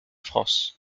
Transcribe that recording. france